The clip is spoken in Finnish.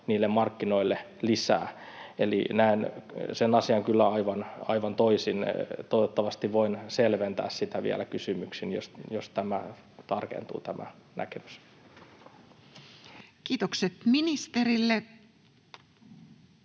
niille markkinoille lisää. Eli näen sen asian kyllä aivan toisin. Toivottavasti voin selventää sitä vielä kysymyksin, jos tämä näkemys tarkentuu. [Speech